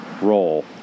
role